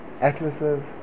atlases